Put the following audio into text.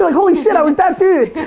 like holy shit, i was that dude.